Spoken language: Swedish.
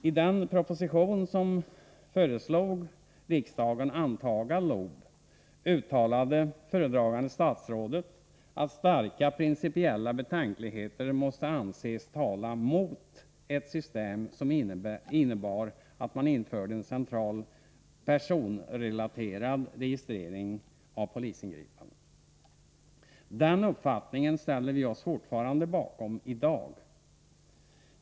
I den proposition som föreslog riksdagen att anta LOB uttalade föredragande statsrådet att starka principiella betänkligheter måste anses tala mot ett system, som innebär att man inför en central personrelaterad registrering av polisingripanden. Den uppfattningen ställer vi oss fortfarande bakom i dag.